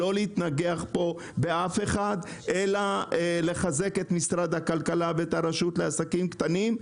היא לא להתנגח באף אחד אלא לחזק את משרד הכלכלה ואת הרשות לעסקים קטנים.